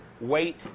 Wait